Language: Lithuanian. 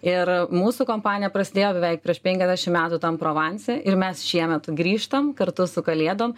ir mūsų kompanija prasidėjo beveik prieš penkiasdešim metų tam provanse ir mes šiemet grįžtam kartu su kalėdom